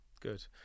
Good